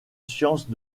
sciences